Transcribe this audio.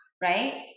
right